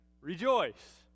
rejoice